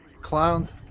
Clowns